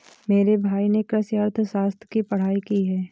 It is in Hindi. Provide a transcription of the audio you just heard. मेरे भाई ने कृषि अर्थशास्त्र की पढ़ाई की है